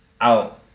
out